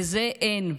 לזה אין.